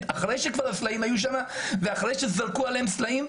אחרי שהסלעים היו שם ואחרי שזרקו אותם עליהם,